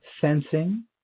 sensing